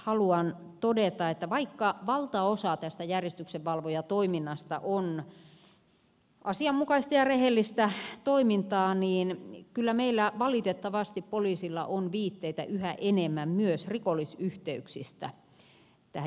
tästä haluan todeta että vaikka valtaosa tästä järjestyksenvalvojatoiminnasta on asianmukaista ja rehellistä toimintaa niin kyllä meillä valitettavasti poliisilla on viitteitä yhä enemmän myös rikollisyhteyksistä tähän järjestyksenvalvojatoimintaan